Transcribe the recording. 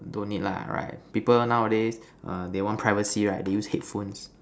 don't need lah right people nowadays err they want privacy right they use headphones